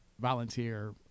volunteer